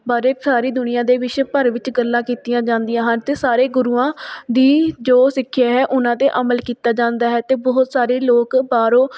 ਬਾਰੇ ਸਾਰੀ ਦੁਨੀਆ ਦੇ ਵਿਸ਼ਵ ਭਰ ਵਿੱਚ ਗੱਲਾਂ ਕੀਤੀਆਂ ਜਾਂਦੀਆਂ ਹਨ ਅਤੇ ਸਾਰੇ ਗੁਰੂਆਂ ਦੀ ਜੋ ਸਿੱਖਿਆ ਹੈ ਉਹਨਾਂ 'ਤੇ ਅਮਲ ਕੀਤਾ ਜਾਂਦਾ ਹੈ ਅਤੇ ਬਹੁਤ ਸਾਰੇ ਲੋਕ ਬਾਹਰੋਂ